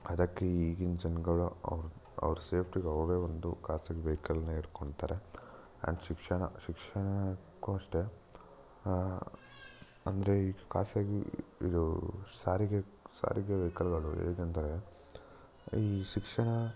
ಅದಕ್ಕೆ ಈಗಿನ ಜನಗಳು ಅವ್ರ ಅವ್ರ ಸೇಫ್ಟಿಗೆ ಅವರೇ ಒಂದು ಖಾಸಗಿ ವೆಯ್ಕಲ್ನ ಇಟ್ಕೊಂತರೆ ಆ್ಯಂಡ್ ಶಿಕ್ಷಣ ಶಿಕ್ಷಣಕ್ಕು ಅಷ್ಟೇ ಅಂದರೆ ಈ ಖಾಸಗಿ ಇದೂ ಸಾರಿಗೆ ಸಾರಿಗೆ ವೆಯ್ಕಲ್ಗಳು ಹೇಗೆಂದರೆ ಈ ಶಿಕ್ಷಣ